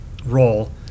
role